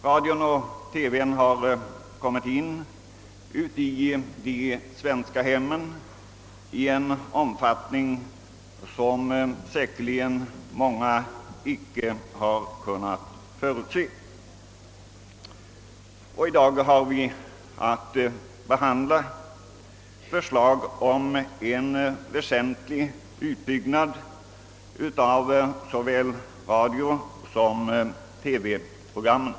Radio och TV har kommit in i de svenska hemmen i en omfattning som många säkerligen icke kunnat förutse. Vi har i dag att behandla ett förslag om en väsentlig utbyggnad av såväl radiosom TV-programmen.